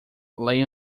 lay